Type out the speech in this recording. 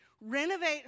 renovate